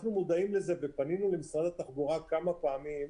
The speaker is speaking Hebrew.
אנחנו מודעים לזה ופנינו למשרד התחבורה כמה פעמים,